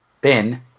Ben